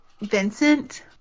Vincent